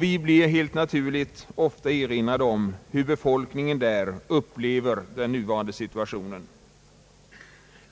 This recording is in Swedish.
Vi blir helt naturligt ofta erinrade om hur befolkningen där upplever den nuvafande situationen.